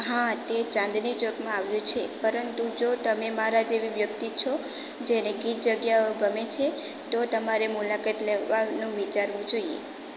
હા તે ચાંદની ચોકમાં આવ્યું છે પરંતુ જો તમે મારા જેવી વ્યક્તિ છો જેને ગીચ જગ્યાઓ ગમે છે તો તમારે મુલાકાત લેવાનું વિચારવું જોઈએ